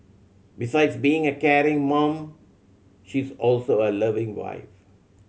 besides being a caring mom she is also a loving wife